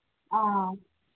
ꯑ